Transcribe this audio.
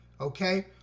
Okay